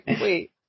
wait